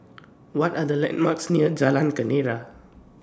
What Are The landmarks near Jalan Kenarah